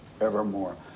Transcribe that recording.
evermore